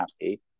happy